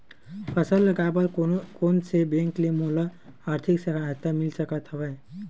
फसल लगाये बर कोन से बैंक ले मोला आर्थिक सहायता मिल सकत हवय?